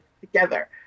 together